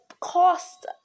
cost